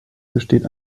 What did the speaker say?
besteht